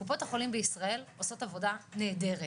קופות החולים בישראל עושות עבודה נהדרת.